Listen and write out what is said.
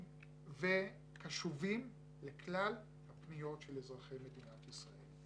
ציבוריים וקשובים לכלל פניות של אזרחי מדינת ישראל.